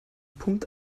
pumpt